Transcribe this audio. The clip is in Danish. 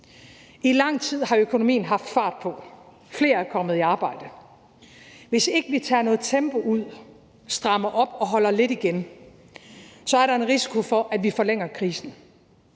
I lang tid har økonomien haft fart på, flere er kommet i arbejde. Hvis ikke vi tager noget tempo ud, strammer op og holder lidt igen, er der en risiko for, at vi forlænger krisen,